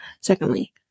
Secondly